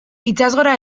itsasgora